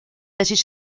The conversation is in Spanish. tesis